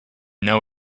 know